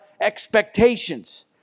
expectations